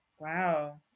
Wow